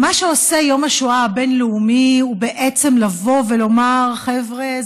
ומה שעושה יום השואה הבין-לאומי הוא בעצם לבוא ולומר: חבר'ה,